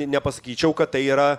nepasakyčiau kad tai yra